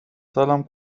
سالم